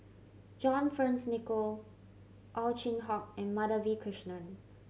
John Fearns Nicoll Ow Chin Hock and Madhavi Krishnan